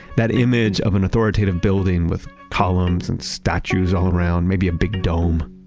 that image of an authoritative building with columns and statues all around, maybe a big dome.